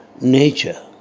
nature